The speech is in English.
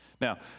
Now